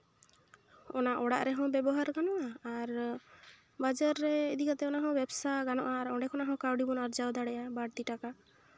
ᱚᱱᱟ ᱚᱲᱟᱜ ᱨᱮᱦᱚᱸ ᱵᱮᱵᱚᱦᱟᱨ ᱜᱟᱱᱚᱜᱼᱟ ᱟᱨ ᱵᱟᱡᱟᱨ ᱨᱮ ᱤᱫᱤ ᱠᱟᱛᱮ ᱚᱱᱟ ᱦᱚᱸ ᱵᱮᱵᱽᱥᱟ ᱜᱟᱱᱚᱜᱼᱟ ᱟᱨ ᱚᱸᱰᱮ ᱠᱷᱚᱱᱟᱜ ᱦᱚᱸ ᱠᱟᱹᱣᱰᱤ ᱵᱚᱱ ᱟᱨᱡᱟᱣ ᱫᱟᱲᱮᱭᱟᱜᱼᱟ ᱵᱟᱹᱲᱛᱤ ᱴᱟᱠᱟ